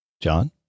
John